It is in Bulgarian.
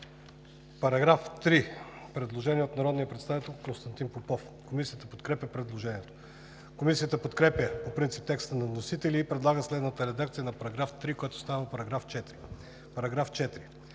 По § 3 има предложение от народния представител Константин Попов. Комисията подкрепя предложението. Комисията подкрепя по принцип текста на вносителя н предлага следната редакция на § 3, който става § 4: „§ 4.